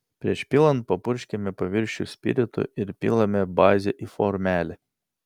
prieš pilant papurškiame paviršių spiritu ir pilame bazę į formelę